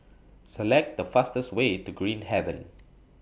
Select The fastest Way to Green Haven